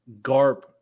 Garp